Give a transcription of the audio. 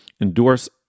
endorse